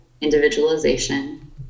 individualization